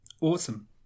Awesome